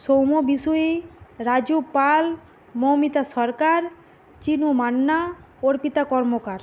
Soumya Bishui Raju Pal Moumita Sarkar Chinu Manna Arpita Karmakar